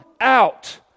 out